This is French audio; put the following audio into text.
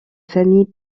famille